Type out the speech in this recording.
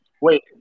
Wait